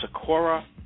Sakura